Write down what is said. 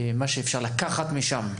מה שאפשר לקחת משם.